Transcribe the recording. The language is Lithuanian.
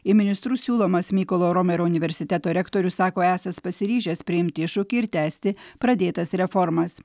į ministrus siūlomas mykolo romerio universiteto rektorius sako esąs pasiryžęs priimti iššūkį ir tęsti pradėtas reformas